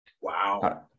Wow